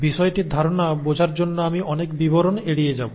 বিষয়টির ধারণা বোঝার জন্য আমি অনেক বিবরণ এড়িয়ে যাব